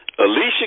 Alicia